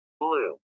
Blue